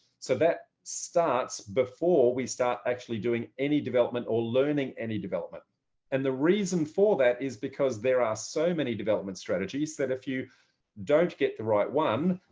so that starts before we start actually doing any development or learning any development and the reason for that is because there are so many development strategies that if you don't get the right one,